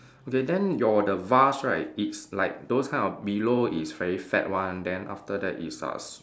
okay then your the vase right it's like those kind of below is very fat one then after that it's uh s~